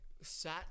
sat